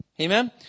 Amen